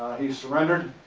he surrendered,